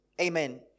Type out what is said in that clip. Amen